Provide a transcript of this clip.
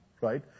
right